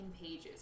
pages